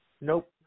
Nope